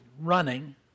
running